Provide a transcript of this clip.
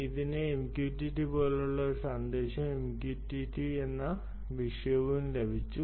ഇതിന് MQTT പോലുള്ള ഒരു സന്ദേശവും MQTT എന്ന വിഷയവും ലഭിച്ചു